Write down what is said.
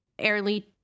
early